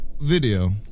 video